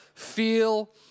Feel